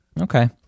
Okay